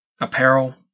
apparel